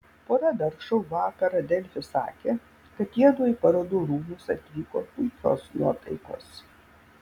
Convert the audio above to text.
pora dar šou vakarą delfi sakė kad jiedu į parodų rūmus atvyko puikios nuotaikos